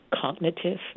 cognitive